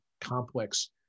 complex